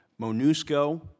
MONUSCO